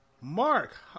Mark